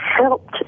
helped